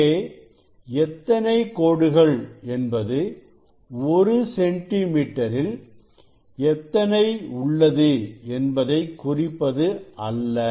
இங்கே எத்தனை கோடுகள் என்பது ஒரு சென்டிமீட்டரில் எத்தனை உள்ளது என்பதை குறிப்பது அல்ல